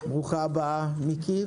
ברוכה הבאה, מיקי.